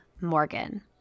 Morgan